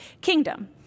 kingdom